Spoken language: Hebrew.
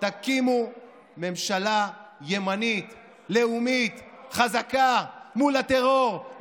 תקימו ממשלה ימנית לאומית חזקה מול הטרור,